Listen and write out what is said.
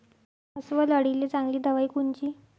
अस्वल अळीले चांगली दवाई कोनची?